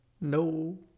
No